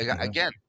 Again